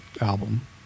album